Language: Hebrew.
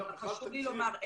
אבל חשוב לי לומר,